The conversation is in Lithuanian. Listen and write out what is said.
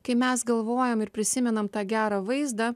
kai mes galvojam ir prisimenam tą gerą vaizdą